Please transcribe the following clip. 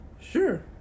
Sure